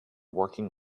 working